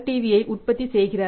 V ஐ உற்பத்தி செய்கிறார்கள்